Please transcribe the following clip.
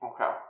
Okay